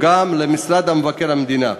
וגם למשרד מבקר המדינה.